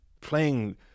playing